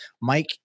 Mike